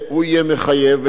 והוא יהיה מחייב,